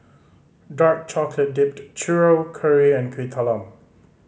dark chocolate dipped churro curry and Kuih Talam